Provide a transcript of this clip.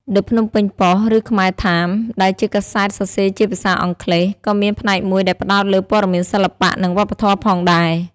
ដឹ ភ្នំពេញ ផុស ឬខ្មែរថាមស៍ ដែលជាកាសែតសរសេរជាភាសាអង់គ្លេស ក៏មានផ្នែកមួយដែលផ្តោតលើព័ត៌មានសិល្បៈ និងវប្បធម៌ផងដែរ។